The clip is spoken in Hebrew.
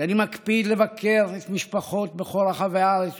שאני מקפיד לבקר משפחות בכל רחבי הארץ,